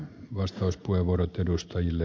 vastauspuheenvuorot edustajille